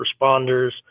responders